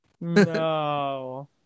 No